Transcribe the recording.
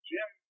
Jim